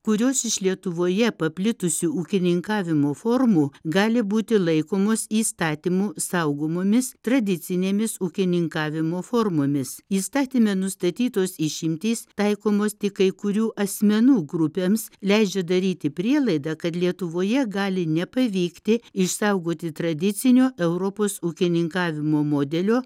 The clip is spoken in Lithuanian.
kurios iš lietuvoje paplitusių ūkininkavimo formų gali būti laikomos įstatymų saugomomis tradicinėmis ūkininkavimo formomis įstatyme nustatytos išimtys taikomos tik kai kurių asmenų grupėms leidžia daryti prielaidą kad lietuvoje gali nepavykti išsaugoti tradicinio europos ūkininkavimo modelio